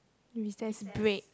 recess break